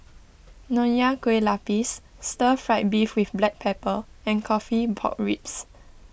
Nonya Kueh Lapis Stir Fried Beef with Black Pepper and Coffee Pork Ribs